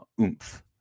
oomph